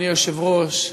אדוני היושב-ראש,